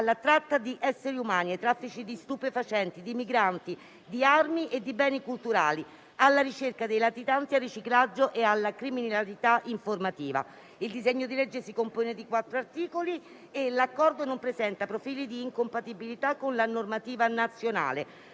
alla tratta di esseri umani, ai traffici di stupefacenti, di migranti, di armi e di beni culturali; alla ricerca dei latitanti, al riciclaggio e alla criminalità informativa. Il disegno di legge si compone di quattro articoli e l'Accordo non presenta profili di incompatibilità con la normativa nazionale,